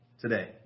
today